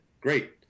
Great